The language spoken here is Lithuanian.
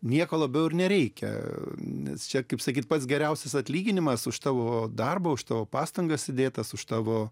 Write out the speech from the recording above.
nieko labiau ir nereikia nes čia kaip sakyti pats geriausias atlyginimas už tavo darbą už tavo pastangas įdėtas už tavo